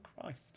Christ